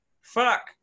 Fuck